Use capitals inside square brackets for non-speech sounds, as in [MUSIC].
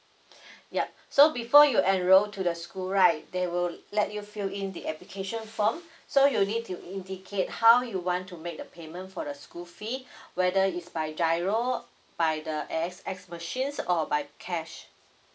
[BREATH] ya so before you enroll to the school right they will let you fill in the application form so you need to indicate how you want to make the payment for the school fees whether is by GIRO by the A_X_S machines or by cash